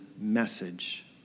message